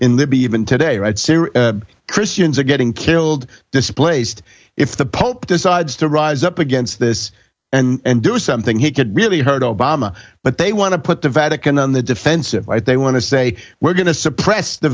libya even today right syria christians are getting killed displaced if the pope decides to rise up against this and do something he could really hurt obama but they want to put the vatican on the defensive right they want to say we're going to suppress the